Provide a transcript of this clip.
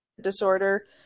disorder